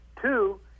Two